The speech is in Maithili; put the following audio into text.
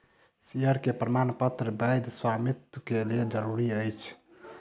शेयर के प्रमाणपत्र वैध स्वामित्व के लेल जरूरी अछि